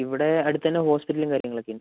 ഇവിടെ അടുത്തുതന്നെ ഹോസ്പിറ്റലും കാര്യങ്ങളൊക്കെ ഉണ്ട്